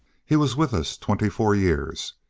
he was with us twenty-four years.